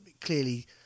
clearly